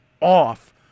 off